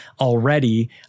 already